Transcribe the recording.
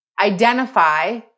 identify